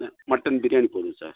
ஆ mutton biryani போதுங்க sir